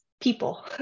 people